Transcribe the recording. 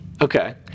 Okay